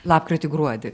lapkritį gruodį